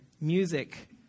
Music